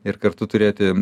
ir kartu turėti